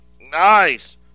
nice